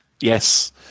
Yes